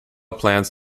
plans